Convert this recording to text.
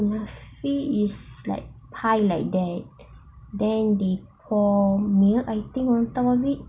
kunafe is like pie like that then they pour milk I think on top of it